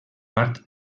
part